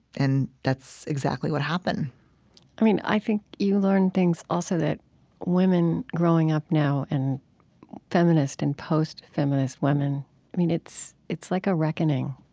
and that's exactly what happened i mean, i think you learn things also that women growing up now and feminist and post-feminist women, i mean, it's it's like a reckoning